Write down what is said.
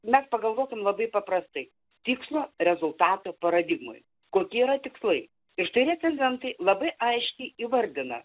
mes pagalvokim labai paprastai tikslo rezultato paradigmoj kokie yra tikslai ir štai recenzentai labai aiškiai įvardina